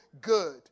good